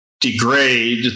degrade